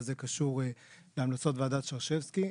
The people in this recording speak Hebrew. וזה קשור להמלצות ועדת שרשבסקי,